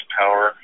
power